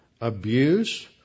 abuse